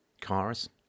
cars